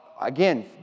again